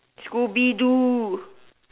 scooby-doo